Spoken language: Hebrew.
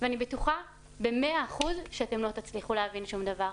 ואני בטוחה ב-100% שלא תצליחו להבין שום דבר.